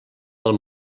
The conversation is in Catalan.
del